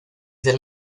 del